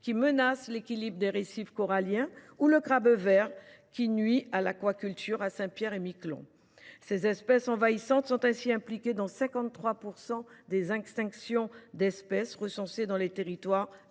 qui menace l’équilibre des récifs coralliens en mer des Caraïbes, ou au crabe vert, qui nuit à l’aquaculture à Saint Pierre et Miquelon. Ces espèces envahissantes sont impliquées dans 53 % des extinctions d’espèces recensées dans les territoires ultramarins.